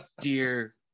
dear